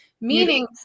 meaning